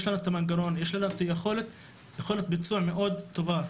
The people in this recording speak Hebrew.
יש לנו את המנגנון, יש לנו יכולת ביצוע מאוד טובה.